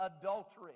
adultery